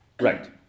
Right